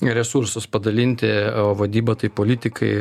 resursus padalinti o vadyba tai politikai